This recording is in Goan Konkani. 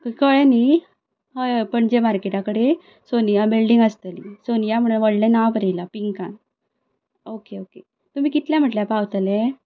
कळ्ळें न्हय हय हय पणजे मार्केटा कडेन सोनिया बिल्डिंग आसतली थंय सोनिया म्हणून व्हडलें नांव बरयलां पिंकान ओके ओके तुमी कितले म्हणल्यार पावतले